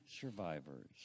survivors